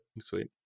Sweet